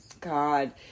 God